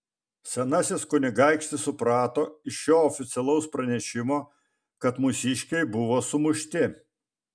senasis kunigaikštis suprato iš šio oficialaus pranešimo kad mūsiškiai buvo sumušti